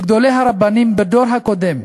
מגדולי הרבנים בדור הקודם,